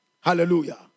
Hallelujah